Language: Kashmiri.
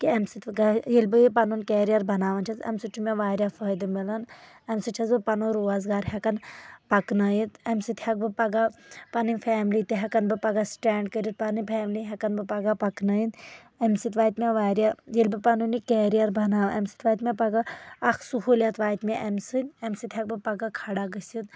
کہِ اَمہِ سۭتۍ ییٚلہِ بہٕ یہِ پنُن کیٚریر بَناوان چھَس اَمہِ سۭتۍ چُھ مےٚ واریاہ فٲیدٕ مِلان اَمہِ سۭتۍ چھَس بہٕ پَنُن روزگار ہیٚکان پَکہٕ نٲیِتھ اَمہِ سۭتۍ ہیٚکہٕ بہٕ پَگہہ پَنٕنۍ فیٚملی تہِ ہیٚکن بہٕ پَگہہ سِٹیٚنٛڈ کٔرِتھ پَنٕنۍ فیٚملی ہیٚکَن بہٕ پَگہہ پَکنٲیِتھ اَمہِ سۭتۍ واتہِ مےٚ واریاہ ییٚلہِ بہٕ پَنُن یہِ کیٚریر بَناوٕ اَمہِ سۭتۍ واتہِ مےٚ پَگہہ اکھ سہوٗلیت واتہِ مےٚ اَمہِ سۭتۍ اَمہِ سۭتۍ ہیٚکہٕ بہٕ پَگہہ کھڑا گٔژھتھ